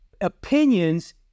opinions